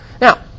Now